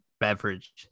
beverage